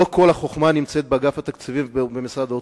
כל החוכמה נמצאת באגף התקציבים ובמשרד האוצר.